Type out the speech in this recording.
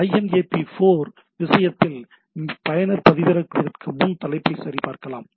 IMAP4 விஷயத்தில் பயனர் பதிவிறக்குவதற்கு முன் தலைப்பைச் சரிபார்க்கலாம்